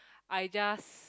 I just